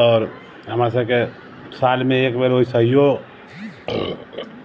आओर हमरासबके सालमे एक बेर वइसेहिओ